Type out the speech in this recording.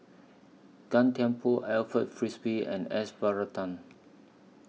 Gan Thiam Poh Alfred Frisby and S Varathan